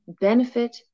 benefit